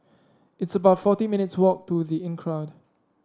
it's about forty minutes' walk to The Inncrowd